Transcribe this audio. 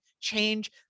change